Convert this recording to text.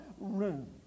room